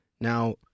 Now-